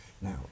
Now